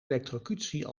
elektrocutie